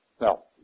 No